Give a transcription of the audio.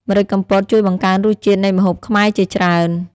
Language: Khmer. ម្រេចកំពតជួយបង្កើនរសជាតិនៃម្ហូបខ្មែរជាច្រើន។